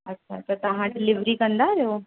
अच्छा त तहां डिलेविरी कंदा आहियो